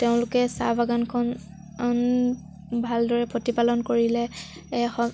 তেওঁলোকে চাহ বাগানখন ভালদৰে প্ৰতিপালন কৰিলে এখন